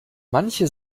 manche